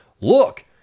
Look